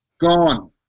gone